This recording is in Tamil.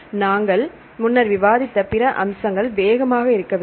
நாங்கள் முன்னர் விவாதித்த பிற அம்சங்கள் மிக வேகமாக இருக்க வேண்டும்